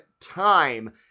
time